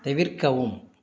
தவிர்க்கவும்